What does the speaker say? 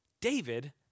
David